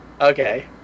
Okay